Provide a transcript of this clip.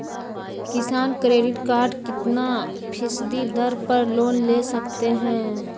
किसान credit card कितना फीसदी दर पर लोन ले सकते हैं?